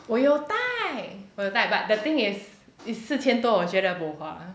我有带我有带 but the thing is it's 四千多我觉得 bo hua